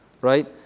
Right